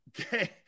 okay